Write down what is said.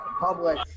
public